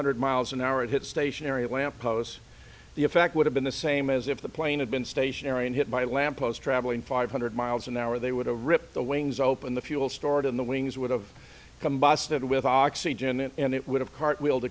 hundred miles an hour it hit stationary lampposts the effect would have been the same as if the plane had been stationary and hit by a lamppost traveling five hundred miles an hour they would have ripped the wings open the fuel storage in the wings would have combusted with oxygen and it would have cart wheeled